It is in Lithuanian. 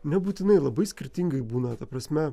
nebūtinai labai skirtingai būna ta prasme